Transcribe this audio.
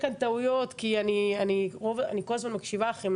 אני כל הזמן מקשיבה לכם.